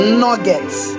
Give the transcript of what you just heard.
nuggets